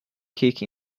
kick